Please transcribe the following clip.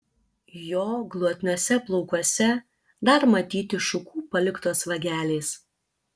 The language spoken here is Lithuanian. jo glotniuose plaukuose dar matyti šukų paliktos vagelės